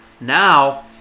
Now